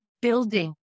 building